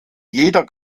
jeder